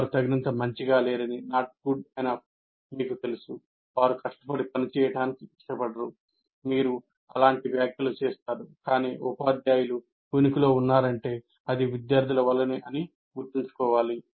వారు తగినంత మంచిగా లేరని మీకు తెలుసు వారు కష్టపడి పనిచేయడానికి ఇష్టపడరు మీరు అలాంటి వ్యాఖ్యలు చేస్తారు కాని ఉపాధ్యాయులు ఉనికిలో ఉన్నారంటే అది విద్యార్థులు వల్లనే అని గుర్తుంచుకోవాలి